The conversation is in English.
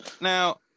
now